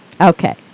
Okay